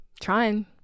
Trying